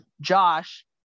Josh